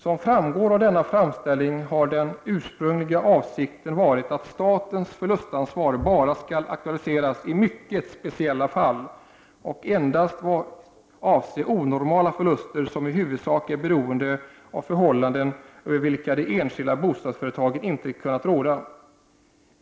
Som framgår av denna framställning har den ursprungliga avsikten varit att statens förlustansvar bara skall aktualiseras i mycket speciella fall och endast avse onormala förluster som i huvudsak är beroende av förhållanden över vilka det enskilda bostadsföretaget inte kunnat råda.